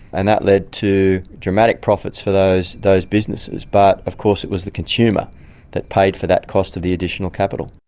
and that led to dramatic profits for those those businesses, but of course it was the consumer that paid for that cost of the additional capital.